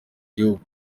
gihugu